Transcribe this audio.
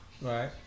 Right